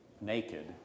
naked